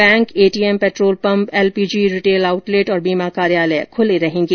bank ATM petrol pump LPG retail outlet और बीमा कार्यालय खुले रहेंगे